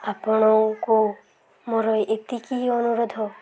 ଆପଣଙ୍କୁ ମୋର ଏତିକି ଅନୁରୋଧ